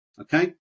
Okay